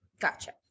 Gotcha